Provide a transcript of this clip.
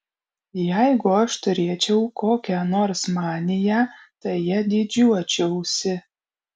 jeigu aš turėčiau kokią nors maniją tai ja didžiuočiausi